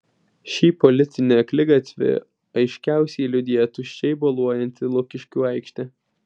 šį politinį akligatvį aiškiausiai liudija tuščiai boluojanti lukiškių aikštė